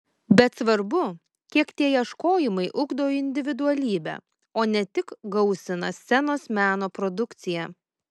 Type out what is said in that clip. bet svarbu kiek tie ieškojimai ugdo individualybę o ne tik gausina scenos meno produkciją